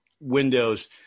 Windows